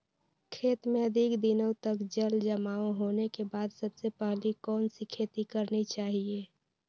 खेत में अधिक दिनों तक जल जमाओ होने के बाद सबसे पहली कौन सी खेती करनी चाहिए?